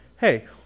hey